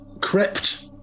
crept